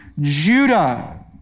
Judah